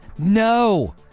No